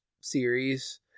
series